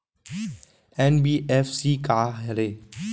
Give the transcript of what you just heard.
NBFC का हरे?